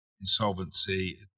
insolvency